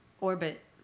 orbit